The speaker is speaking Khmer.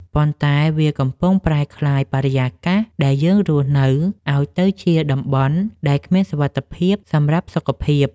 ប៉ុន្តែវាកំពុងប្រែក្លាយបរិយាកាសដែលយើងរស់នៅឱ្យទៅជាតំបន់ដែលគ្មានសុវត្ថិភាពសម្រាប់សុខភាព។